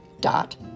dot